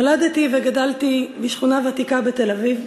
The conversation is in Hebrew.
נולדתי וגדלתי בשכונה ותיקה בתל-אביב,